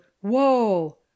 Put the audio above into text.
Whoa